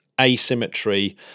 asymmetry